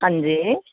ਹਾਂਜੀ